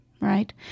right